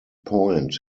point